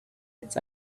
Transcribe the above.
its